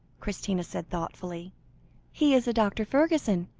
christina said thoughtfully he is a dr. fergusson,